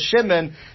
Shimon